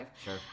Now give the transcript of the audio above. sure